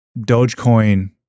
Dogecoin